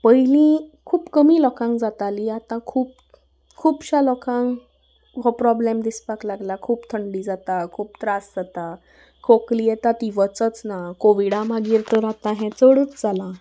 पयलीं खूब कमी लोकांक जाताली आतां खूब खुबश्या लोकांक हो प्रोब्लेम दिसपाक लागला खूब थंडी जाता खूब त्रास जाता खोकली येता ती वचच ना कोविडा मागीर तर आतां हें चडूच जालां